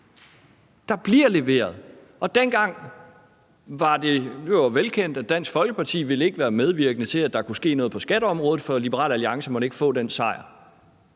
Der bliver leveret. Dengang var det i øvrigt velkendt, at Dansk Folkeparti ikke ville være medvirkende til, at der kunne ske noget på skatteområdet, for Liberal Alliance måtte ikke få den sejr.